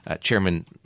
chairman